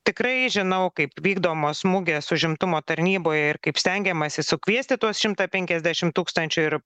tikrai žinau kaip vykdomos mugės užimtumo tarnyboje ir kaip stengiamasi sukviesti tuos šimtą penkiasdešim tūkstančių ir